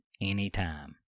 anytime